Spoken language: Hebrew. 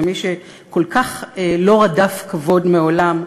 ומי שכל כך לא רדף כבוד מעולם,